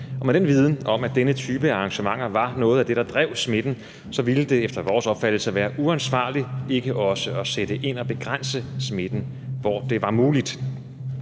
Og med den viden om, at denne type arrangementer var noget af det, der drev smitten, ville det efter vores opfattelse være uansvarligt ikke også at sætte ind og begrænse smitten, hvor det var muligt.